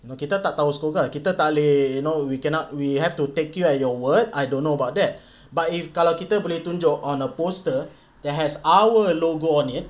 kita tak tahu SCOGA kita tak boleh you know we cannot we have to take you at your word I don't know about that but if kalau kita boleh tunjuk on a poster that has our logo on it